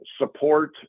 support